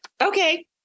Okay